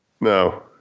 No